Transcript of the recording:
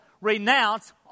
Renounce